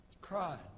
Crying